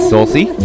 Saucy